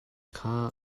kha